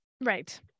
Right